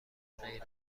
غیر